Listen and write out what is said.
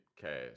cash